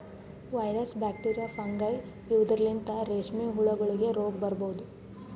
virus, bacteria, fungi ಇವದ್ರಲಿಂತ್ ರೇಶ್ಮಿ ಹುಳಗೋಲಿಗ್ ರೋಗ್ ಬರಬಹುದ್